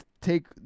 take